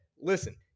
listen